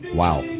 wow